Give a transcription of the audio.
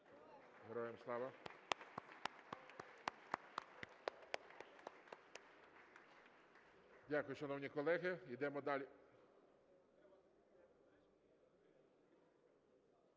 Героям слава! Дякую, шановні колеги. Йдемо далі.